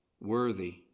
worthy